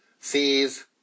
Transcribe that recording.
sees